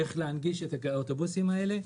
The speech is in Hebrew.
איך להנגיש את האוטובוסים האלה.